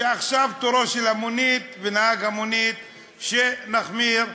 ועכשיו תורו של נהג המונית שנחמיר אתו,